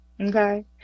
Okay